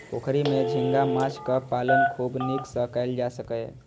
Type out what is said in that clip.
पोखरि मे झींगा माछक पालन खूब नीक सं कैल जा सकैए